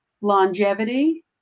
longevity